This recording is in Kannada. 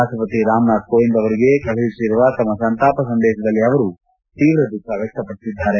ರಾಷ್ಷಪತಿ ರಾಮನಾಥ್ ಕೋವಿಂದ್ ಅವರಿಗೆ ಕಳುಹಿಸಿರುವ ತಮ್ನ ಸಂತಾಪ ಸಂದೇಶದಲ್ಲಿ ಅವರು ತೀವ್ರ ದುಃಖ ವ್ಚಕ್ತಪಡಿಸಿದ್ದಾರೆ